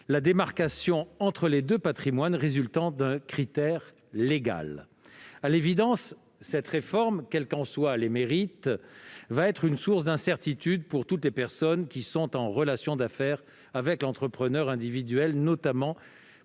la démarcation entre les deux patrimoines résultant d'un critère légal. À l'évidence, cette réforme, quels qu'en soient les mérites, sera une source d'incertitude pour toutes les personnes en relation d'affaires avec l'entrepreneur individuel, notamment pour ses créanciers.